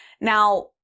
Now